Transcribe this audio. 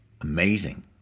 Amazing